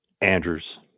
Andrews